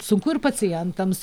sunku ir pacientams